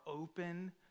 open